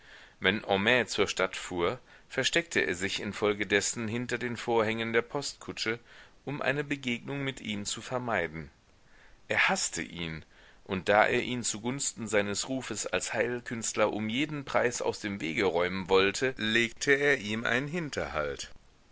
wenn homais zur stadt fuhr versteckte er sich infolgedessen hinter den vorhängen der postkutsche um eine begegnung mit ihm zu vermeiden er haßte ihn und da er ihn zugunsten seines rufes als heilkünstler um jeden preis aus dem wege räumen wollte legte er ihm einen hinterhalt